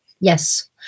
yes